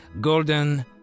Golden